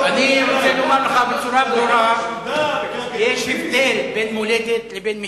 אני רוצה לומר לך בצורה ברורה: יש הבדל בין מולדת לבין מדינה.